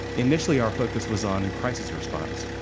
initially our focus was on crisis response.